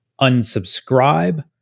unsubscribe